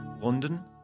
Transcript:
London